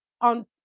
on